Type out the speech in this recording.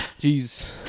jeez